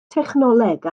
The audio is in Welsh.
technoleg